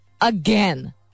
again